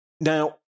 Now